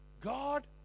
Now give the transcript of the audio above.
God